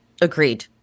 Agreed